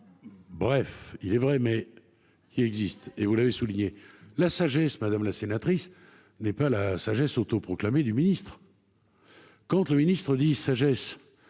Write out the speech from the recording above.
Bref, il est vrai, mais qui existe et vous l'avez souligné la sagesse madame la sénatrice, n'est pas la sagesse auto-proclamé du ministre. Quand le ministre dit sagesse.